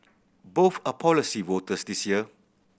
both are policy voters this year